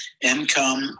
income